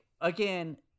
Again